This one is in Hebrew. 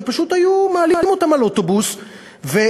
ופשוט היו מעלים אותם על אוטובוס לגינת-לוינסקי,